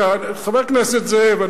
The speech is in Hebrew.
חבר הכנסת זאב,